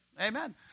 Amen